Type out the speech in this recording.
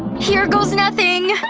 here goes nothing!